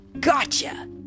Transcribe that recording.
Gotcha